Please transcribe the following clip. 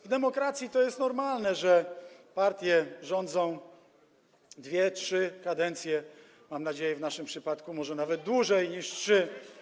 W demokracji to jest normalne, że partie rządzą dwie, trzy kadencje - mam nadzieję, że w naszym przypadku może nawet dłużej niż trzy.